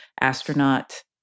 astronaut